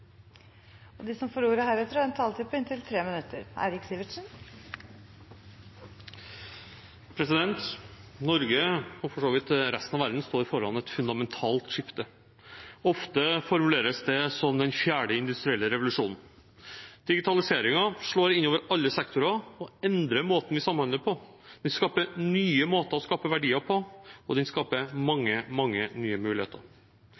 Norge. De talerne som heretter får ordet, har en taletid på inntil 3 minutter. Norge – og for så vidt resten av verden – står foran et fundamentalt skifte. Ofte formuleres det som «den fjerde industrielle revolusjonen». Digitaliseringen slår inn over alle sektorer og endrer måten vi samhandler på. Den skaper nye måter å skape verdier på, og den skaper mange, mange nye muligheter.